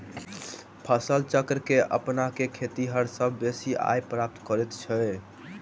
फसल चक्र के अपना क खेतिहर सभ बेसी आय प्राप्त करैत छथि